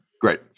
Great